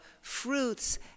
fruits